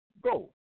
go